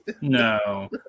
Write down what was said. no